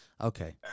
Okay